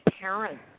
parents